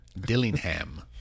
Dillingham